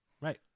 Right